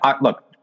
look